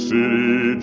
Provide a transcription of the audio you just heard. City